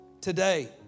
today